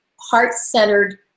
heart-centered